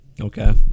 Okay